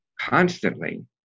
constantly